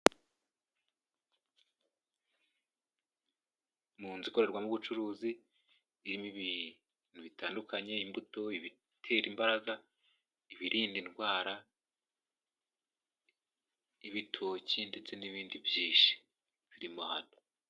Mu nzu ikorerwamo ubucuruzi irimo ibintu bitandukanye imbuto, ibitera imbaraga, ibirinda indwara, ibitoki ndetse n'ibindi byinshi birimo hano.